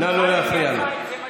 נא לא להפריע לו.